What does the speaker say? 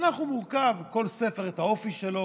התנ"ך הוא מורכב, לכל ספר יש את האופי שלו.